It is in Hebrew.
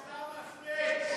עיסאווי פריג'.